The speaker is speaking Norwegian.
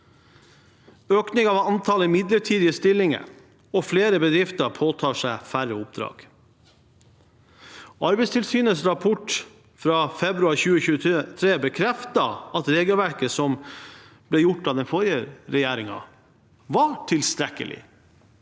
økning i antallet midlertidige stillinger, og at flere bedrifter påtar seg færre oppdrag. Arbeidstilsynets rapport fra februar 2023 bekrefter at regelverket som ble innført av den forrige regjeringen, var tilstrekkelig.